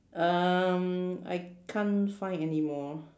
um I can't find anymore